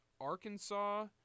Arkansas